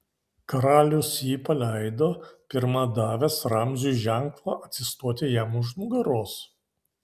karalius jį paleido pirma davęs ramziui ženklą atsistoti jam už nugaros